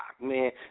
man